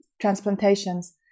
transplantations